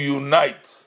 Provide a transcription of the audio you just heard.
unite